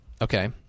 Okay